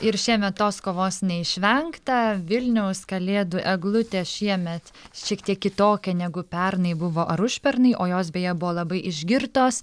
ir šiemet tos kovos neišvengta vilniaus kalėdų eglutė šiemet šiek tiek kitokia negu pernai buvo ar užpernai o jos beje buvo labai išgirtos